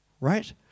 Right